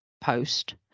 post